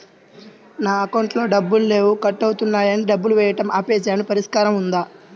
నా అకౌంట్లో డబ్బులు లేవు కట్ అవుతున్నాయని డబ్బులు వేయటం ఆపేసాము పరిష్కారం ఉందా?